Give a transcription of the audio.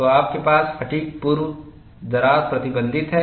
तो आपके पास फ़ैटिग् पूर्व दरार प्रतिबंधित है